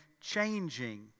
changing